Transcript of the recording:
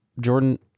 Jordan